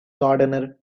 gardener